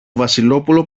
βασιλόπουλο